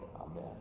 amen